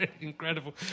incredible